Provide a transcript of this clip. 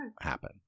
happen